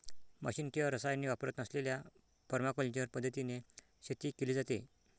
machine किंवा रसायने वापरत नसलेल्या परमाकल्चर पद्धतीने शेती केली जाते